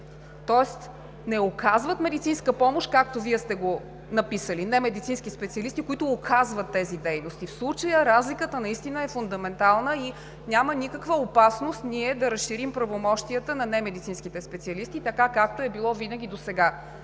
Тоест не оказват медицинска помощ, както Вие сте го написали – немедицински специалисти, които указват тези дейности, а в случая разликата наистина е фундаментална и няма никаква опасност ние да разширим правомощията на немедицинските специалисти така, както е било винаги досега.